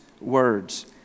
words